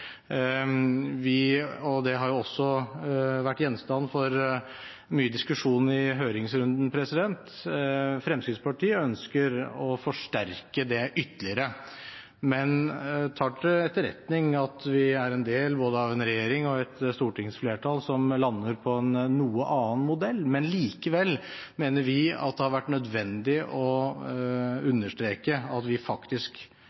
og det har også vært gjenstand for mye diskusjon i høringsrunden. Fremskrittspartiet ønsker å forsterke det ytterligere, men tar til etterretning at vi er en del av både en regjering og et stortingsflertall som lander på en noe annen modell. Likevel mener vi at det har vært nødvendig å understreke at vi faktisk